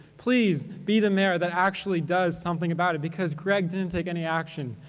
please be the mayor that actually does something about it because greg didn't take any action,